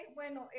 bueno